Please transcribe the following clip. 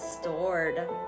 stored